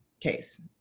case